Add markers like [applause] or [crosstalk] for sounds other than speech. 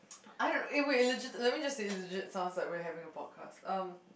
[noise] I don't eh wait legit let me just say legit sounds like we're having a podcast um